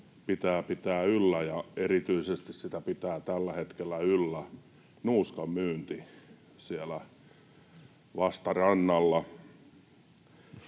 pitää yllä, ja erityisesti sitä pitää tällä hetkellä yllä nuuskanmyynti siellä vastarannalla.